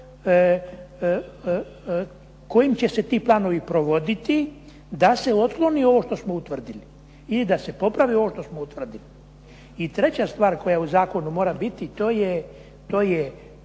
kojim će se ti planovi provoditi da se otkloni ovo što smo utvrdili ili da se popravi ovo što smo utvrdili. I treća stvar koja u zakonu mora biti to je